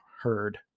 heard